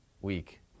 week